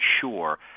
sure